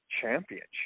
Championship